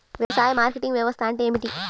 వ్యవసాయ మార్కెటింగ్ వ్యవస్థ అంటే ఏమిటి?